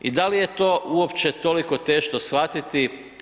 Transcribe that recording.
I da li je to uopće toliko teško shvatiti?